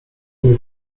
nie